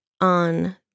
on